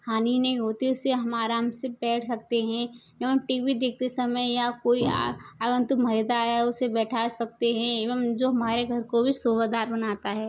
हानि नहीं होती उसे हम आराम से बैठ सकते हैं एवं टी वी देखते समय या कोई आया उसे बैठा सकते हैं एवं जो हमारे घर को भी शोभादार बनाता है